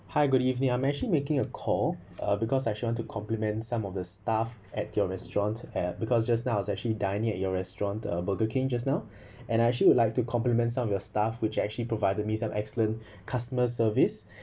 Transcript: hi good evening I'm actually making a call uh because I actually want to compliment some of the staff at your restaurant at because just now I was actually dine in at your restaurant uh burger king just now and I actually would like to compliment some of your staff which actually provided me some excellent customer service